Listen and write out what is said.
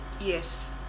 Yes